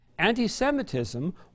Anti-Semitism